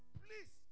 please